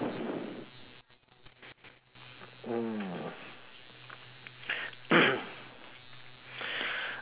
mm